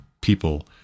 people